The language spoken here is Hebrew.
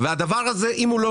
והדבר הזה אם הוא לא